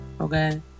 Okay